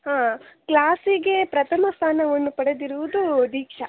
ಹಾಂ ಕ್ಲಾಸಿಗೆ ಪ್ರಥಮ ಸ್ಥಾನವನ್ನು ಪಡೆದಿರುವುದು ದೀಕ್ಷಾ